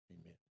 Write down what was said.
Amen